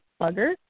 Bugger